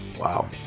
Wow